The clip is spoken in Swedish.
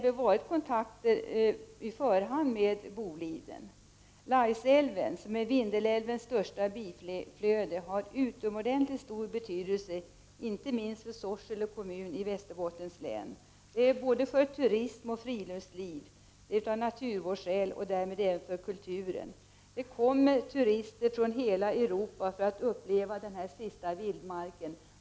Laisälven, som är Vindelälvens största biflöde, har utomordentligt stor betydelse, inte minst för Sorsele kommun i Västerbottens län, för turism, friluftsliv, naturvården och därmed även för kulturen. Det kommer turister från hela Europa för att uppleva den sista vildmarken.